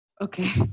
okay